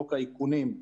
חוק האיכונים.